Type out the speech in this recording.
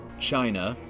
china,